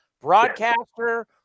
Broadcaster